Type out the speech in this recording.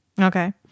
Okay